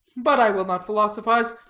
but i will not philosophize.